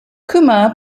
kumar